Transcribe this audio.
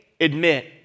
admit